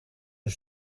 een